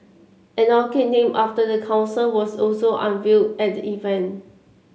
an orchid named after the council was also unveiled at the event